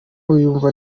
wiyumva